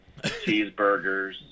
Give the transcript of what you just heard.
cheeseburgers